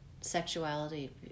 sexuality